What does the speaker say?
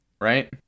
right